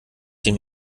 den